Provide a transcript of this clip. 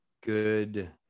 good